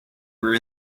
were